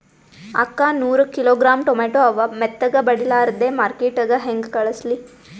ಅಕ್ಕಾ ನೂರ kilogram tomato ಅವ, ಮೆತ್ತಗಬಡಿಲಾರ್ದೆ ಮಾರ್ಕಿಟಗೆ ಹೆಂಗ ಕಳಸಲಿ?